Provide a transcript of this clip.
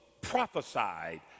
prophesied